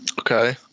Okay